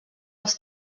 els